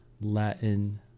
Latin